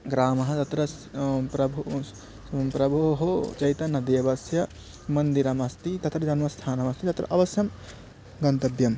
ग्रामः तत्र स् प्रभु उस् प्रभोः चैतन्न देवस्य मन्दिरमस्ति तत्र जन्मस्थानमस्ति तत्र अवश्यं गन्तव्यम्